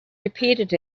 repeated